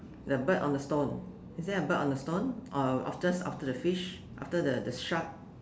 the bird on the stone is there a bird on the stone or after the fish after the the shark